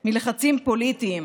בעצמאות הנדרשת מלחצים פוליטיים,